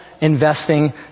investing